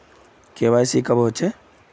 KYC कब होचे?